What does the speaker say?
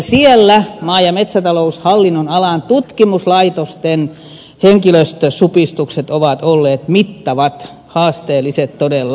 siellä maa ja metsätaloushallinnonalan tutkimuslaitosten henkilöstösupistukset ovat olleet mittavat haasteelliset todella